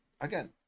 again